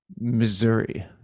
missouri